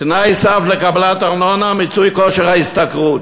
תנאי סף לקבלת ארנונה, מיצוי כושר ההשתכרות.